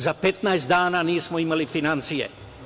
Za 15 dana nismo imali finansije.